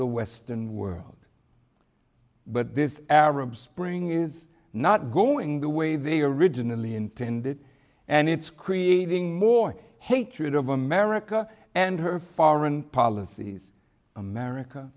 the western world but this arab spring is not going the way they originally intended and it's creating more hatred of america and her foreign policies america